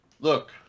Look